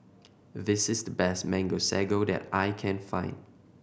this is the best Mango Sago that I can find